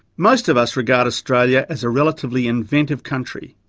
most of us regard australia as a relatively inventive country.